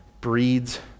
breeds